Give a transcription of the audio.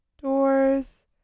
doors